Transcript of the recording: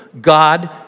God